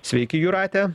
sveiki jūrate